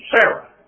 Sarah